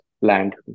Land